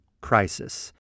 crisis